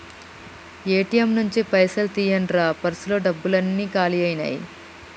ATM నుంచి పైసలు తీయండ్రా పర్సులో డబ్బులన్నీ కాలి అయ్యినాయి